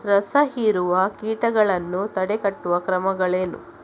ರಸಹೀರುವ ಕೀಟಗಳನ್ನು ತಡೆಗಟ್ಟುವ ಕ್ರಮಗಳೇನು?